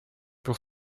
pour